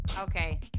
Okay